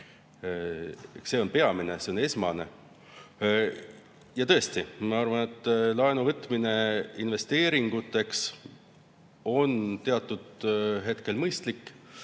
See on peamine, see on esmane. Ja tõesti, ma arvan, et laenu võtmine investeeringuteks on teatud hetkel mõistlik